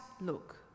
look